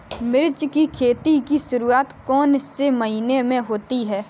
मिर्च की खेती की शुरूआत कौन से महीने में होती है?